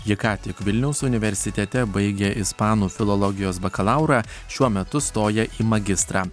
ji ką tik vilniaus universitete baigė ispanų filologijos bakalaurą šiuo metu stoja į magistrą